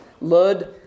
Lud